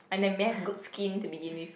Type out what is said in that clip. and then may have good skin to begin with